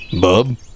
Bub